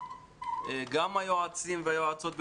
היועצים והיועצות,